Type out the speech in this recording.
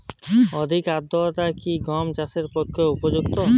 অধিক আর্দ্রতা কি গম চাষের পক্ষে উপযুক্ত?